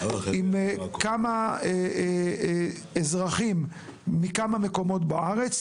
עם כמה אזרחים מכמה מקומות בארץ.